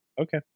okay